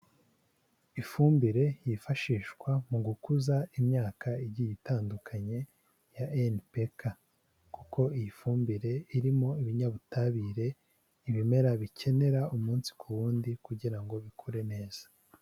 Ifumbire yifashishwa mu gukuza imyaka igiye itandukanye ya NPK: kuko iyi fumbire irimo ibinyabutabire ibimera bikenera umunsi ku wundi kugira ngo bikure neza.